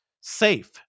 safe